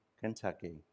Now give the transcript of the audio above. Kentucky